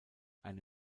eine